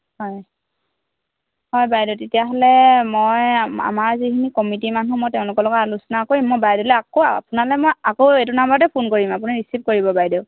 হয় হয় বাইদেউ তেতিয়াহ'লে মই আমাৰ যিখিনি কমিটিৰ মানুহ মই তেওঁলোকৰ লগত আলোচনা কৰিম মই বাইদেউলৈ আকৌ আপোনালৈ মই আকৌ এইটো নম্বৰতে ফোন কৰিম আপুনি ৰিচিভ কৰিব বাইদেউ